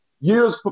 years